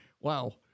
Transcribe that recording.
Wow